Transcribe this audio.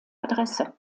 adresse